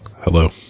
Hello